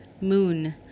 moon